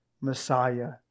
Messiah